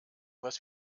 was